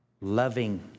loving